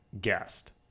guest